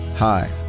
Hi